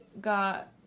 got